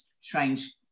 strange